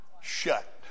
shut